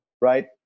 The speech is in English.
right